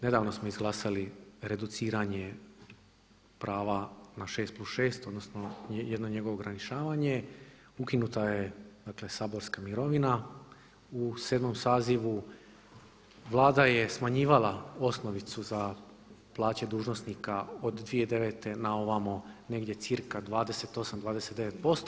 Nedavno smo izglasali reduciranje prava na 6+6 odnosno jedno njegovo ograničavanje, ukinuta je dakle saborska mirovina u 7. sazivu, Vlada je smanjivala osnovicu za plaće dužnosnika od 2009. na ovamo negdje cca. 28, 29%